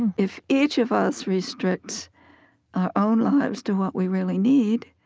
if each of us restricts our own lives to what we really need,